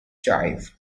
jive